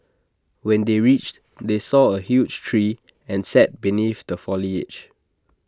when they reached they saw A huge tree and sat beneath the foliage